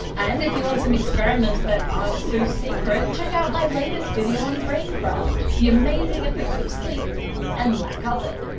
and if you want some experiments that aren't so secret check out my latest video on braincraft the amazing effects of sleep and lack of it